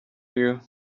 you